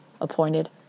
appointed